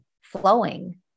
flowing